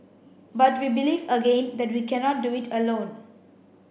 but we believe again that we cannot do it alone